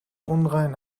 unrein